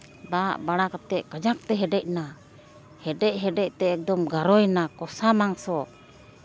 ᱫᱟᱜ ᱵᱟᱲᱟ ᱠᱟᱛᱮ ᱠᱟᱡᱟᱠ ᱛᱮ ᱦᱮᱰᱮᱡᱱᱟ ᱦᱮᱰᱮᱡ ᱦᱮᱰᱮᱡ ᱛᱮ ᱜᱟᱨᱚᱭᱱᱟ ᱠᱚᱥᱟ ᱢᱟᱝᱥᱚ